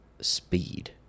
speed